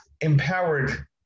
empowered